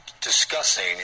discussing